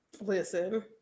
listen